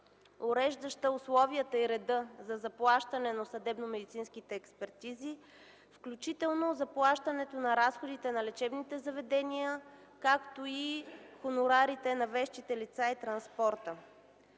уреждаща условията и реда за заплащане на съдебномедицинските експертизи, включително заплащането на разходите на лечебните заведения, както и хонорарите на вещите лица и транспорта.